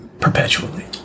perpetually